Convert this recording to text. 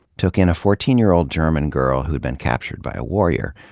took in a fourteen year old german girl who had been captured by a warrior.